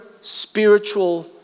spiritual